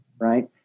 right